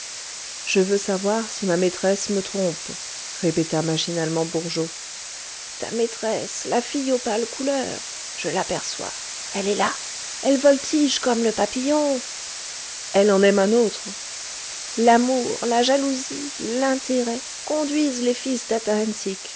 je veux savoir si ma maîtresse me trompe répéta machinalement bourgeot ta maîtresse la fille aux pâles couleurs je l'aperçois elle est là elle voltige comme le papillon elle en aime un autre l'amour la jalousie l'intérêt conduisent les fils